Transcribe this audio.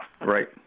Right